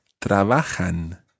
trabajan